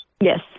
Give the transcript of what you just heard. yes